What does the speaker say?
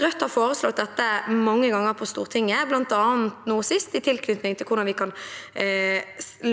Rødt har foreslått dette mange ganger på Stortinget, nå sist i tilknytning til hvordan vi kan